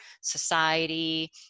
society